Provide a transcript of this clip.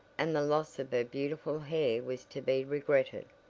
and the loss of her beautiful hair was to be regretted.